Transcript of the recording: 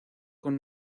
con